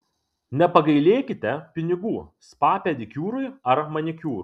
nepagailėkite pinigų spa pedikiūrui ar manikiūrui